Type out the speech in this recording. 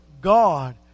God